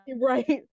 right